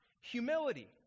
humility